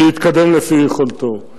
להתקדם לפי יכולתם.